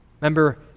Remember